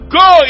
go